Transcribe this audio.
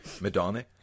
Madonna